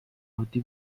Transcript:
عادی